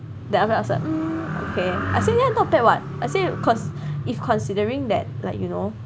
then after that I was like mm okay I say yeah not bad what I say cause if considering that like you know